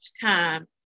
time